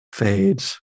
fades